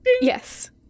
Yes